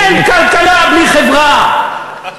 אין כלכלה בלי חברה,